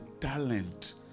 talent